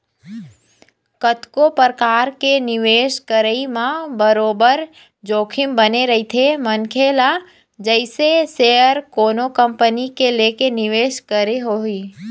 कतको परकार के निवेश करई म बरोबर जोखिम बने रहिथे मनखे ल जइसे सेयर कोनो कंपनी के लेके निवेश करई होगे